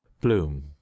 Bloom